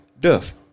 Duff